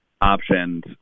options